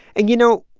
and, you know,